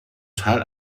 teil